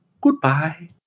goodbye